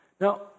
Now